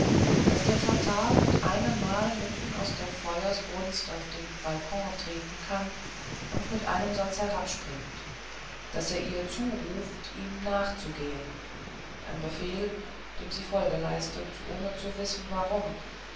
daß der tatar mit einemmal mitten aus der feuersbrunst auf den balkon treten kann und mit einem satz herabspringt daß er ihr zuruft ihm nachzugehen ein befehl dem sie folge leistet ohne zu wissen warum